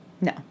No